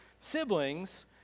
siblings